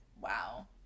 Wow